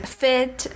fit